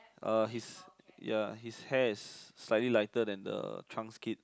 uh his ya his hair is slightly lighter than the trunk's kit